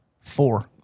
Four